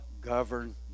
govern